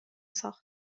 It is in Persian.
ساخت